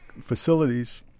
facilities